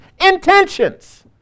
intentions